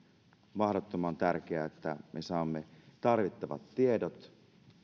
mahdottoman tärkeää että me saamme tarvittavat tiedot